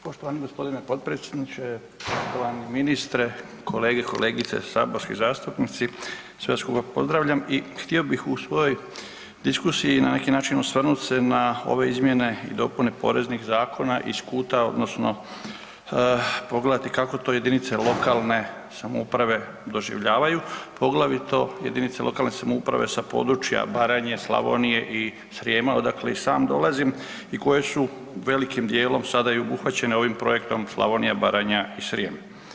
Poštovani gospodine potpredsjedniče, poštovani ministre, kolege, kolegice saborski zastupnici sve skupa pozdravljam i htio bi u svojoj diskusiji na neki način osvrnut se na ove izmjene i dopune poreznih zakona iz kuta odnosno pogledati kako to jedinice lokalne samouprave doživljavaju, poglavito jedinice lokalne samouprave sa područja Baranje, Slavonije i Srijema odakle i sam dolazim i koje su velikim dijelom sada i obuhvaćene ovim projektom Slavonija, Baranja i Srijem.